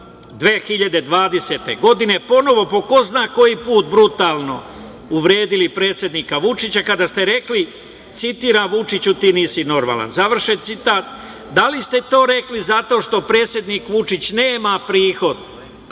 2020. godine ponovo po ko zna koji put brutalno uvredili predsednika Vučića kada ste rekli, citiram – Vučiću ti nisi normalan, završen citat. Da li ste to rekli zato što predsednik Vučić nema prihod